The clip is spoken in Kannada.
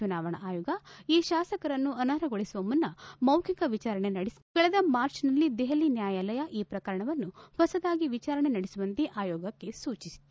ಚುನಾವಣಾ ಆಯೋಗ ಈ ಶಾಸಕರನ್ನು ಅನರ್ಪಗೊಳಿಸುವ ಮುನ್ನ ಮೌಖಿಕ ವಿಚಾರಣೆ ನಡೆಸಿಲ್ಲ ಎಂದು ಕಳೆದ ಮಾರ್ಚ್ನಲ್ಲಿ ದೆಹಲಿ ನ್ನಾಯಾಲಯ ಈ ಪ್ರಕರಣವನ್ನು ಹೊಸದಾಗಿ ವಿಚಾರಣೆ ನಡೆಸುವಂತೆ ಆಯೋಗಕ್ಕೆ ಸೂಚಿಸಿತ್ತು